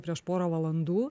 prieš porą valandų